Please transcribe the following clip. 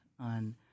on